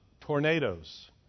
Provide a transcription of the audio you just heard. tornadoes